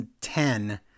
Ten